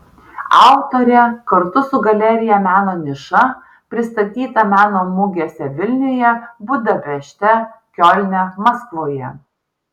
autorė kartu su galerija meno niša pristatyta meno mugėse vilniuje budapešte kiolne maskvoje